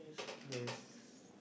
yes